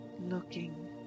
Looking